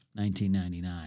1999